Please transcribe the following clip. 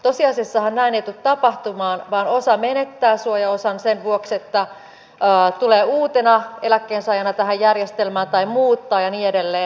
tosiasiassahan näin ei tule tapahtumaan vaan osa menettää suojaosan sen vuoksi että tulee uutena eläkkeensaajana tähän järjestelmään tai muuttaa ja niin edelleen